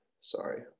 sorry